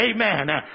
Amen